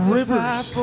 rivers